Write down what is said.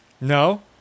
no